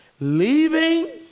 leaving